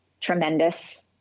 tremendous